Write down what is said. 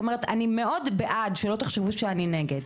אני מאוד בעד, שלא תחשבו שאני נגד,